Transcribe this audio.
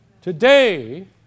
Today